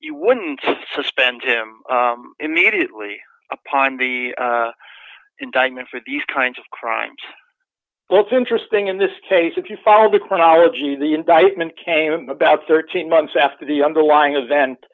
you wouldn't to suspend him immediately upon the indictment for these kinds of crimes well it's interesting in this case if you follow the chronology the indictment came about thirteen months after the underlying event